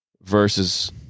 versus